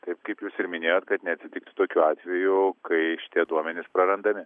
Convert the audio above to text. taip kaip jūs ir minėjot kad neatsitiktų tokių atvejų kai šitie duomenys prarandami